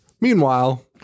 meanwhile